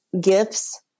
gifts